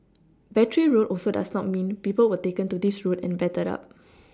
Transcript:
Battery road also does not mean people were taken to this road and battered up